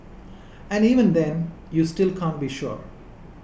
and even then you still can't be sure